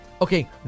okay